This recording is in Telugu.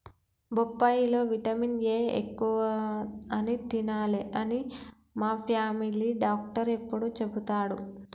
బొప్పాయి లో విటమిన్ ఏ ఎక్కువ అని తినాలే అని మా ఫామిలీ డాక్టర్ ఎప్పుడు చెపుతాడు